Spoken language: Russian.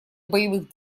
боевых